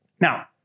Now